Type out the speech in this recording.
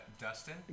Dustin